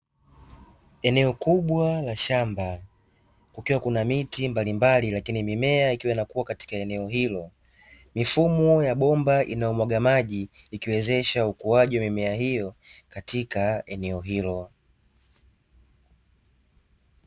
Eneo kubwa la shamba kukiwa na miti mbalimbali lakini mimea ikiwa inakua katika eneo hilo, mifumo ya bomba inayomwaga maji ikiwezesha ukuaji wa mimea hiyo katika eneo hilo.